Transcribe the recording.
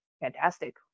fantastic